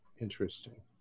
Interesting